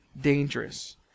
dangerous